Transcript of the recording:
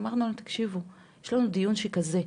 אמרנו להם תקשיבו, יש לנו דיון שכזה,